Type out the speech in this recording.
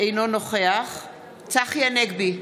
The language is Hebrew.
אינו נוכח צחי הנגבי,